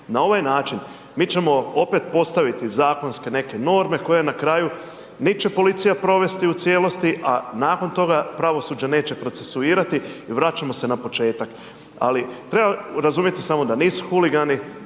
Na ovaj način mi ćemo opet postaviti zakonske neke norme koje na kraju nit će policija provesti u cijelosti a nakon toga, pravosuđe neće procesuirati i vraćamo se na početak. Ali treba razumjeti samo da nisu huligani